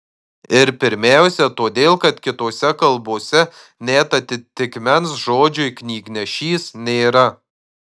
ir pirmiausia todėl kad kitose kalbose net atitikmens žodžiui knygnešys nėra